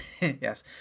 Yes